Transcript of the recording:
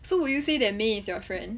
so will you say that may is your friend